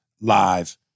live